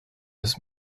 his